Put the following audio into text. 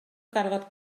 gorfod